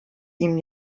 ihm